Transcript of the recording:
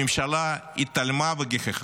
הממשלה התעלמה וגיחכה.